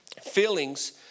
Feelings